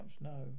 no